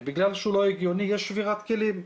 ובגלל שהוא לא הגיוני יש שבירת כלים.